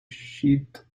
sheath